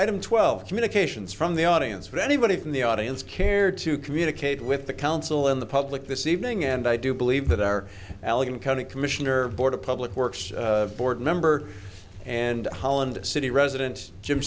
item twelve communications from the audience for anybody in the audience cared to communicate with the council in the public this evening and i do believe that our allan county commissioner board of public works board member and holland city resident jim